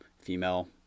female